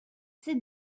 ces